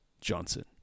Johnson